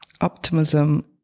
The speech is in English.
optimism